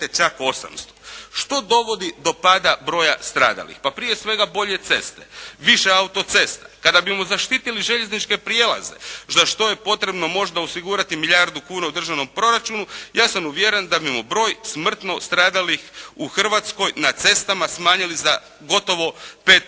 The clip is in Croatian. čak 800. Što dovodi do pada broja stradalih? Pa prije svega bolje ceste, više autocesta. Kada bismo zaštitili željezničke prijelaze za što je potrebno možda osigurati milijardu kuna u državnom proračunu, ja sam uvjeren da bismo broj smrtno stradalih u Hrvatskoj na cestama smanjili za gotovo 5%.